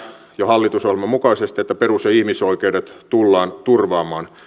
jo hallitusohjelman mukaisesti että perus ja ihmisoikeudet tullaan turvaamaan